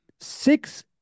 six